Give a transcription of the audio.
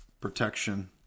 protection